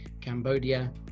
Cambodia